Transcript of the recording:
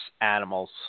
animals